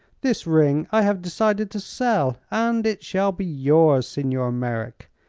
this ring i have decided to sell, and it shall be yours, signor merreek,